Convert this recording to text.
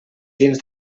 dins